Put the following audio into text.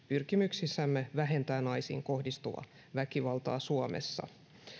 pyrkimyksissämme vähentää naisiin kohdistuvaa väkivaltaa suomessa